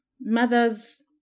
mothers